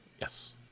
Yes